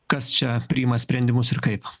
kas čia priima sprendimus ir kaip